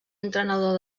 entrenador